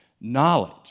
knowledge